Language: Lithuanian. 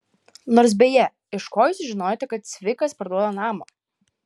nors beje iš ko jūs sužinojote kad cvikas parduoda namą